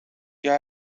jag